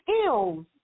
skills